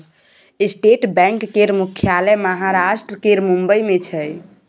state bank केर मुख्यालय महाराष्ट्र केर मुंबई मे छै